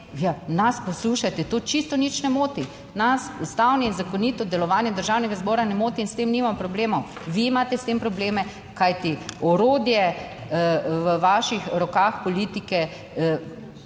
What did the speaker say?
nas, poslušajte, to čisto nič ne moti. Nas ustavno in zakonito delovanje državnega zbora ne moti in s tem nimam problemov, vi imate s tem probleme. Kajti orodje v vaših rokah politike,